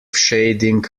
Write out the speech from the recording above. shading